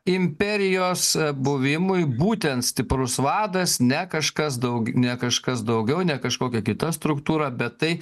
imperijos buvimui būtent stiprus vadas ne kažkas daug ne kažkas daugiau ne kažkokia kita struktūra bet tai